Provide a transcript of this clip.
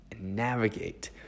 navigate